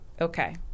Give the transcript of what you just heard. okay